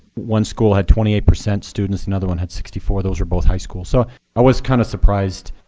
one school had twenty eight percent students, another one had sixty four. those were both high schools. so i was kind of surprised.